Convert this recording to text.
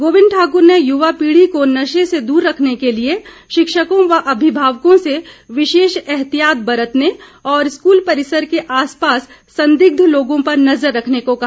गोबिंद ठाकर ने युवा पीढ़ी को नशे से दूर रखने के लिए शिक्षकों व अभिभावकों से विशेष एहतियात बरतने और स्कूल परिसर के आसपास संदिग्ध लोगों पर नज़र रखने को कहा